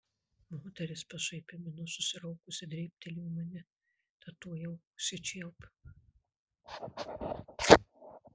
moteris pašaipia mina susiraukusi dėbtelėjo į mane tad tuojau užsičiaupiau